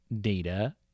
data